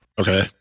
Okay